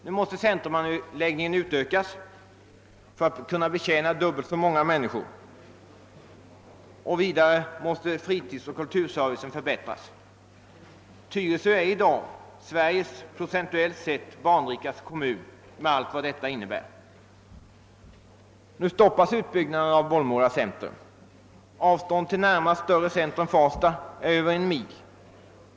Nu måste därför centrumanläggningen utökas för att kunna betjäna dubbelt så många, och vidare måste fritidsoch kulturservicen förbättras. Tyresö är i dag Sveriges procentuellt sett barnrikaste kommun, med allt vad detta innebär. Nu stoppas utbyggnaden av Bollmora centrum. Avståndet till närmaste större centrum, Farsta, är över en mil.